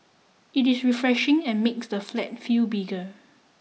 it is refreshing and makes the flat feel bigger